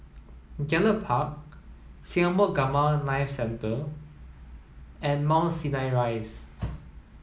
Gallop Park Singapore Gamma Knife Centre and Mount Sinai Rise